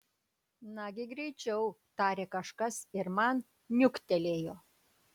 nagi greičiau tarė kažkas ir man niuktelėjo